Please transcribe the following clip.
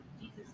Jesus